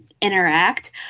interact